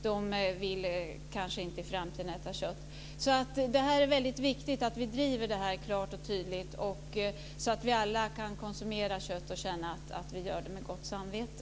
De vill kanske inte äta kött i framtiden. Det är viktigt att vi driver frågan klart och tydligt, så att vi alla kan konsumera kött med gott samvete.